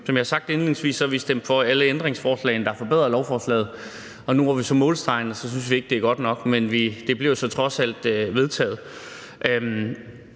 Som jeg har sagt indledningsvis, har vi stemt for alle ændringsforslagene, der forbedrer lovforslaget, og nu, hvor vi så er ved målstregen, synes vi ikke, at det er godt nok. Men det bliver så trods alt vedtaget.